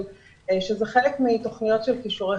לצערי בישובים בנגב התמונה היא אפילו